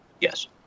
Yes